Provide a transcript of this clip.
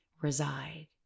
reside